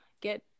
get